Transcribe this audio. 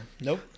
Nope